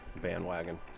bandwagon